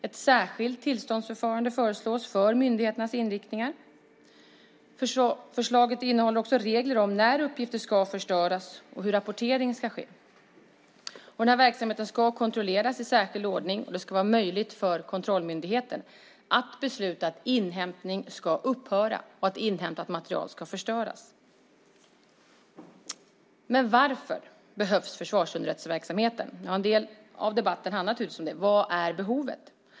Ett särskilt tillståndsförfarande föreslås för myndigheternas inriktningar. Förslaget innehåller också regler om när uppgifter ska förstöras och hur rapportering ska ske. Verksamheten ska kontrolleras i särskild ordning, och det ska vara möjligt för kontrollmyndigheten att besluta att inhämtning ska upphöra och att inhämtat material ska förstöras. Varför behövs försvarsunderrättelseverksamheten? En del av debatten handlar naturligtvis om det. Vad är behovet?